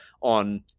on